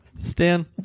Stan